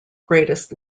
greatest